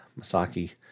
Masaki